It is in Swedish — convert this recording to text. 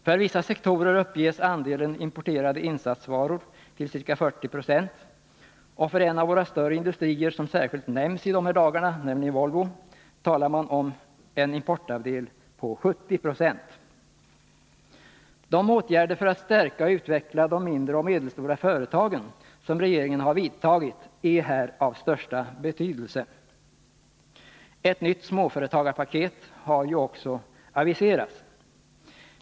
För vissa sektorer uppges andelen importerade insatsvaror till ca 40 96 och för en av våra större industrier som särskilt nämns i de här dagarna, nämligen Volvo, talar man om en importandel av 70 90. De åtgärder för att stärka och utveckla de mindre och medelstora företagen som regeringen vidtagit är här av största betydelse. Ett nytt småföretagarpaket har ju också aviserats.